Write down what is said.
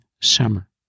Summer